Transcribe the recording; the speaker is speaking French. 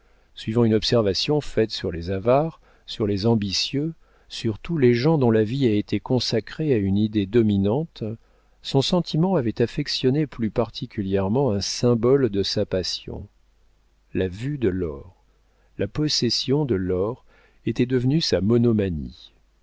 suivant une observation faite sur les avares sur les ambitieux sur tous les gens dont la vie a été consacrée à une idée dominante son sentiment avait affectionné plus particulièrement un symbole de sa passion la vue de l'or la possession de l'or était devenue sa monomanie